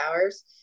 hours